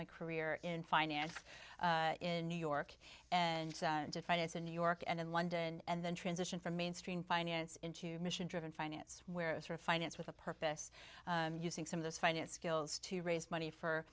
my career in finance in new york and to finance in new york and in london and then transition from mainstream finance into mission driven finance where of finance with a purpose and using some of this finance skills to raise money for